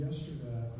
Yesterday